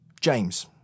James